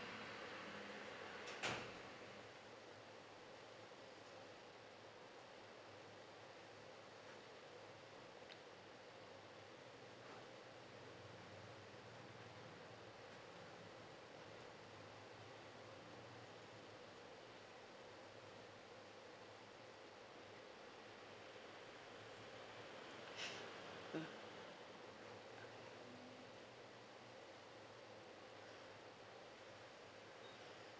mm